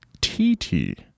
TT